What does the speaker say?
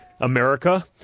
america